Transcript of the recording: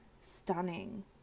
stunning